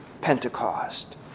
Pentecost